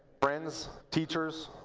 friends, teachers,